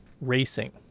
racing